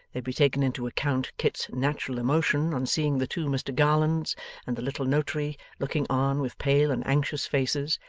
there be taken into account kit's natural emotion on seeing the two mr garlands and the little notary looking on with pale and anxious faces,